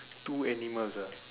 two animals ah